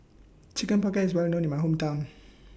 Chicken Pocket IS Well known in My Hometown